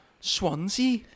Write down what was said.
Swansea